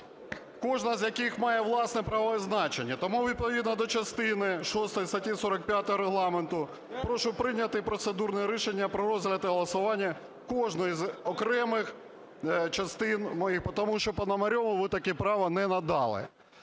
кожна з яких має власне правове значення. Тому відповідно до частини шостої статті 45 Регламенту прошу прийняти процедурне рішення про розгляд і голосування кожної з окремих частин моєї, тому що Пономарьову ви таке право не надали.